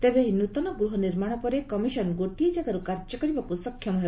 ତେବେ ଏହି ନୂତନ ଗୃହ ନିର୍ମାଣ ପରେ କମିଶନ୍ ଗୋଟିଏ ଜାଗାରୁ କାର୍ଯ୍ୟ କରିବାକୁ ସକ୍ଷମ ହେବ